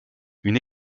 une